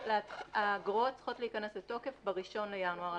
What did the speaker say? האגרות צריכות להיכנס לתוקף ב-1 בינואר.